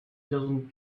doesn’t